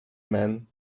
man